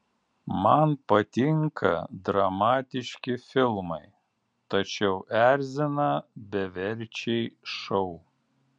man patinka dramatiški filmai tačiau erzina beverčiai šou